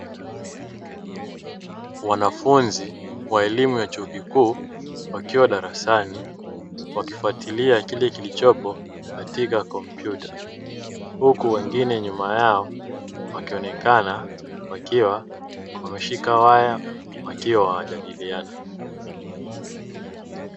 Wanafunzi wa elimu ya chuo kikuu wakiwa darasani wakifuatilia kile kilichopo katika kompyuta huku wengine nyuma yao wakionekana wakiwa wameshika waya wakiwa wanajadiliana.